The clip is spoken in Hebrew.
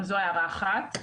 זו הערה אחת.